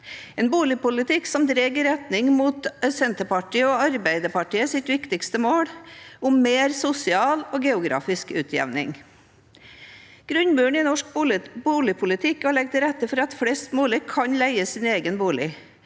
en boligpolitikk som drar i retning mot Senterpartiet og Arbeiderpartiets viktigste mål, om mer sosial og geografisk utjevning. Grunnmuren i norsk boligpolitikk er å legge til rette for at flest mulig kan eie sin egen bolig.